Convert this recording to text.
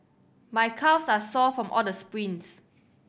my calves are sore from all the sprints